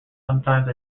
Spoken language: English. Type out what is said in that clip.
sometimes